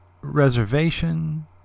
reservation